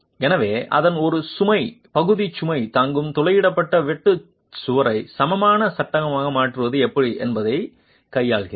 எனவே அதன் ஒரு பகுதி சுமை தாங்கும் துளையிடப்பட்ட வெட்டு சுவரை சமமான சட்டமாக மாற்றுவது எப்படி என்பதைக் கையாள்கிறது